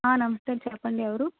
ఆ నమస్తే చెప్పండి ఎవరు